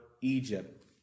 Egypt